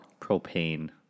Propane